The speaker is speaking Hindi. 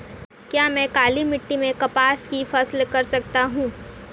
क्या मैं काली मिट्टी में कपास की फसल कर सकता हूँ?